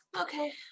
Okay